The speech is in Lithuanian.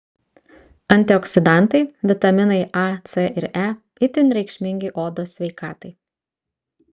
antioksidantai vitaminai a c ir e itin reikšmingi odos sveikatai